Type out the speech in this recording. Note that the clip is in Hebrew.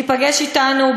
להיפגש אתנו,